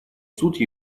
суд